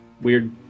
weird